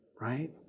right